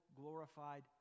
glorified